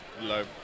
low